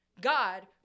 God